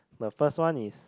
the first one is